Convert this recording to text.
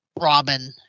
Robin